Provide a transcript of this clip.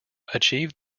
achieved